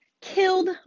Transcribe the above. killed